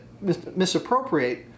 misappropriate